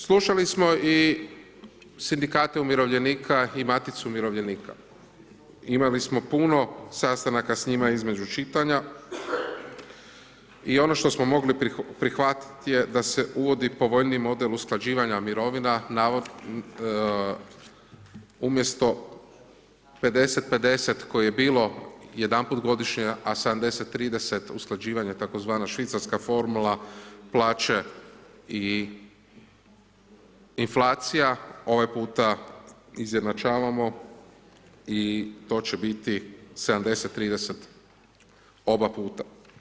Slušali smo i Sindikate umirovljenika i Maticu umirovljenika, imali smo puno sastanaka s njima između čitanja i ono što smo mogli prihvatiti je da se uvodi povoljniji model usklađivanja mirovina umjesto 50 50 koje je bilo jedan put godišnje, a 70 30 usklađivanje tzv. švicarska formula plaće i inflacije ovaj puta izjednačavamo i to će biti 70 30 oba puta.